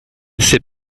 ses